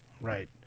Right